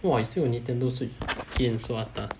!wah! you still have Nintendo switch ah so atas